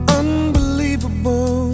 unbelievable